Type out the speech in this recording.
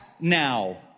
now